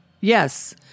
Yes